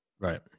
right